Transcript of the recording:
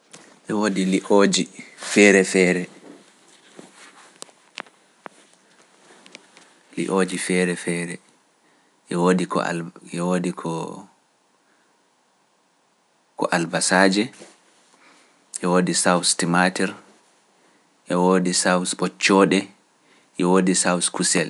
E woodi li'ooji feere-feere, li'ooji feere-feere, e woodi ko alba- e woodi ko - ko albasaaje, e woodi auce timaatir, e woodi sauce ɓoccooɗe, e woodi sauce kusel.